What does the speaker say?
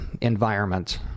environment